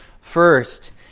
First